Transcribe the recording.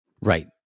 Right